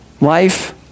life